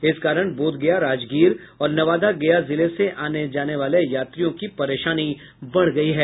इस कारण बोधगया राजगीर और नवादा गया जिले से आने जाने वाले यात्रियों को परेशानी बढ़ गई है